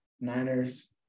Niners